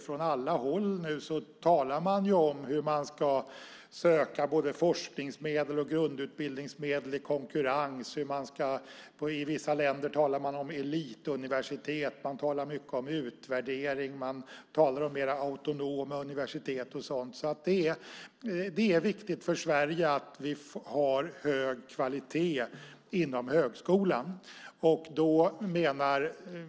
Från alla håll talar man nu om hur man ska söka både forskningsmedel och grundutbildningsmedel i konkurrens. I vissa länder talar man om elituniversitet. Man talar mycket om utvärdering. Man talar om mer autonoma universitet och så vidare. Det är viktigt för Sverige att vi har hög kvalitet inom högskolan.